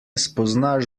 spoznaš